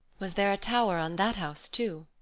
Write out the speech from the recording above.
was there a tower on that house, too?